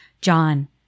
John